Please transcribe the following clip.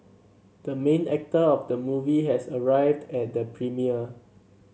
the main actor of the movie has arrived at the premiere